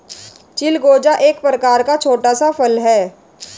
चिलगोजा एक प्रकार का छोटा सा फल है